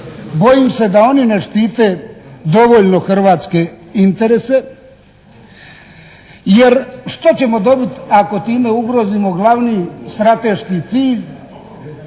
bojim se da oni ne štite dovoljno hrvatske interese jer što ćemo dobiti ako time ugrozimo glavni strateški cilj,